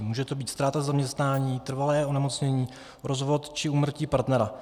Může to být ztráta zaměstnání, trvalé onemocnění, rozvod či úmrtí partnera.